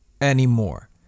anymore